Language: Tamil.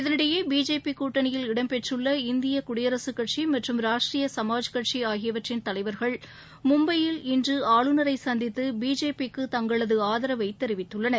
இதனிடையே பிஜேபி கூட்டணியில் இடம் பெற்றுள்ள இந்திய குடியரசுக் கட்சி மற்றும் ராஷ்ட்ரிய சமாஜ் கட்சி ஆகியவற்றின் தலைவர்கள் மும்பையில் இன்று ஆளுநரை சந்தித்து பிஜேபிக்கு தங்களது ஆதரவைத் தெரிவித்துள்ளனர்